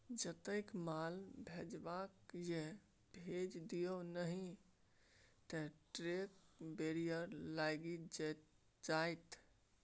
जतेक माल भेजबाक यै भेज दिअ नहि त ट्रेड बैरियर लागि जाएत